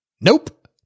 nope